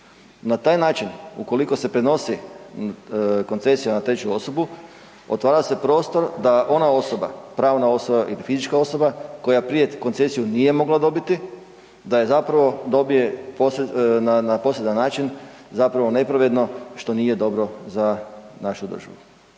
Na taj način ukoliko se prenosi koncesija na treću osobu, otvara se prostor da ona osoba pravna osoba i fizička osoba koja prije koncesiju nije mogla dobiti da je zapravo dobije na … način zapravo nepravedno što nije dobro za našu državu.